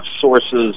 sources